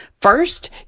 First